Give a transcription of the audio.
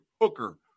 Hooker